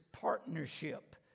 partnership